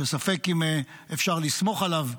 שספק אם אפשר לסמוך עליו,